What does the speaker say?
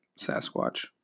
Sasquatch